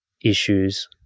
issues